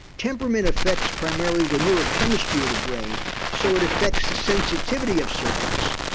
temperament affects primarily the neurochemistry of the brain so it affects the sensitivity of circuits,